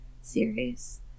series